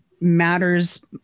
matters